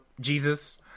Jesus